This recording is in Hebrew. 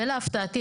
ולהפתעתי,